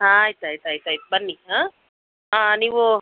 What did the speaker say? ಆಯ್ತು ಆಯ್ತು ಆಯ್ತು ಆಯ್ತು ಬನ್ನಿ ಆಂ ಹಾಂ ನೀವು